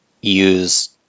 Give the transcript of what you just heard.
use